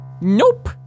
Nope